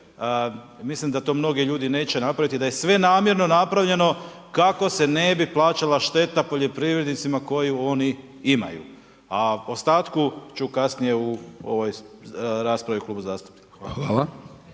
mislim da to mnogi ljudi neće napraviti i da je sve namjerno napravljeno kako se ne bi plaćala šteta poljoprivrednicima koju oni imaju. A o ostatku ću kasnije u ovoj raspravi kluba zastupnika. **Hajdaš